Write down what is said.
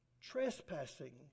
trespassing